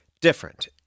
Different